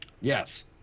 yes